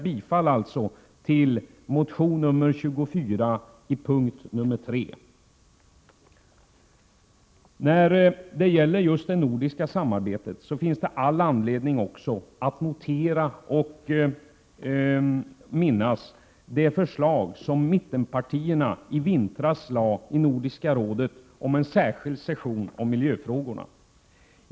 Beträffande just det nordiska samarbetet finns det all anledning att minnas det förslag som mittenpartierna framlade i vintras i Nordiska rådet om en särskild session om miljöfrågorna.